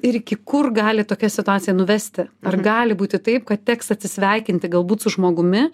ir iki kur gali tokia situacija nuvesti ar gali būti taip kad teks atsisveikinti galbūt su žmogumi